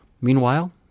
Meanwhile